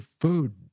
food